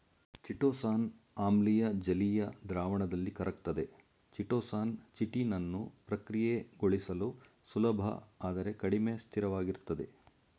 chitosan ಆಮ್ಲೀಯ ಜಲೀಯ ದ್ರಾವಣದಲ್ಲಿ ಕರಗ್ತದೆ ಚಿಟೋಸಾನ್ ಚಿಟಿನನ್ನು ಪ್ರಕ್ರಿಯೆಗೊಳಿಸಲು ಸುಲಭ ಆದರೆ ಕಡಿಮೆ ಸ್ಥಿರವಾಗಿರ್ತದೆ